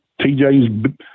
TJ's